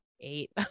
eight